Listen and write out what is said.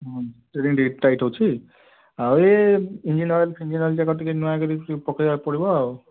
ହଁ ସେ ରିଙ୍ଗ୍ ଟିକିଏ ଟାଇଟ୍ ଅଛି ଆଉ ଏ ଇଞ୍ଜିନ୍ ଅଏଲ୍ ଫିଞ୍ଜିନ୍ ଅଏଲ୍ ଦେଖ ଟିକିଏ ନୂଆ କରି ଟିକିଏ ପକେଇବାକୁ ପଡ଼ିବ